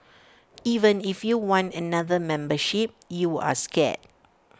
even if you want another membership you're scared